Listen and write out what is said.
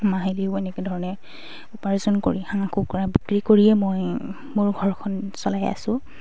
মাহিলীও এনেকৈ ধৰণে উপাৰ্জন কৰি হাঁহ কুকুৰা বিক্ৰী কৰিয়ে মই মোৰ ঘৰখন চলাই আছোঁ